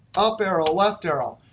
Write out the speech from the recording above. up arrow, left arrow.